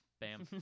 Bam